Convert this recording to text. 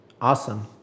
Awesome